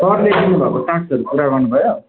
सरले दिनु भएको टास्कहरू पुरा गर्नु भयो